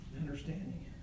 understanding